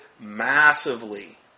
massively